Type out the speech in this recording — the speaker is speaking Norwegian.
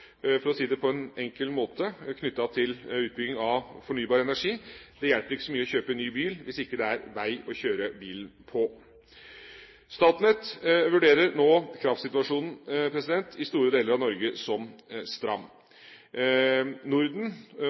for å si det på en enkel måte, knyttet til utbygging av fornybar energi. Det hjelper ikke å kjøpe ny bil hvis det ikke er veier å kjøre bilen på. Statnett vurderer nå kraftsituasjonen i store deler av Norge som stram. Norden